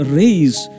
raise